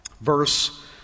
verse